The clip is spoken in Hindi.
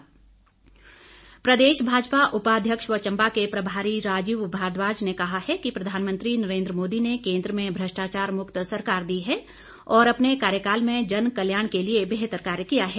राजीव भारद्वाज प्रदेश भाजपा उपाध्यक्ष व चंबा के प्रभारी राजीव भारद्वाज ने कहा है कि प्रधानमंत्री नरेन्द्र मोदी ने केन्द्र में भ्रष्टाचार मुक्त सरकार दी है और अपने कार्यकाल में जन कल्याण के लिए बेहतर कार्य किया है